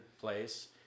place